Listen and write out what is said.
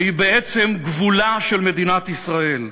שהוא בעצם גבולה של מדינת ישראל,